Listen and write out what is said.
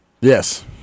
Yes